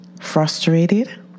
frustrated